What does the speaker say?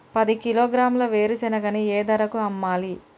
పది కిలోగ్రాముల వేరుశనగని ఏ ధరకు అమ్మాలి?